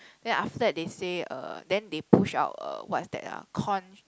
then after that they say uh then they push out uh what is that ah corn